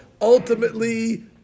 ultimately